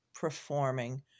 performing